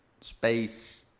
space